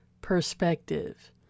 perspective